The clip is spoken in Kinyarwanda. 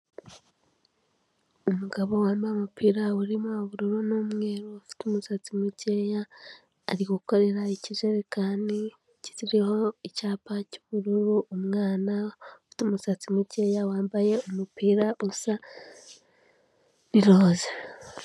Umugabo wambaye umupira urimo ubururu n'umweru, afite umusatsi mukeya ari gukorera ikijerekani kiriho icyapa cy'ubururu umwana, ufite umusatsi mukeya wambaye umupira usa iroza.